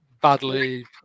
badly